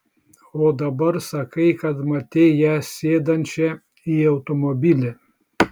o dabar sakai kad matei ją sėdančią į automobilį